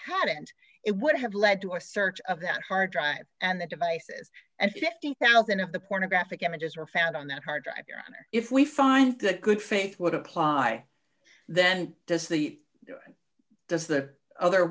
hadn't it would have led to a search of that hard drive and the devices and fifty thousand of the pornographic images were found on that hard drive your honor if we find the good faith would apply then does the does the other